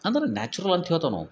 ಅಂದರೆ ನ್ಯಾಚುರಲ್ ಅಂತ ಹೇಳ್ತೇವೆ ನಾವು